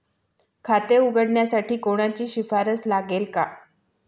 खाते उघडण्यासाठी कोणाची शिफारस लागेल का?